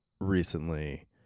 recently